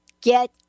get